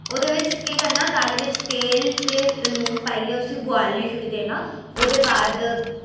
ओह्दे च केह् करना दाली बिच तेल ते लून पाइयै उसी बुआलने छोड़ी देना ओह्दे बाद